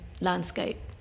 landscape